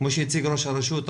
כפי שציין ראש הרשות,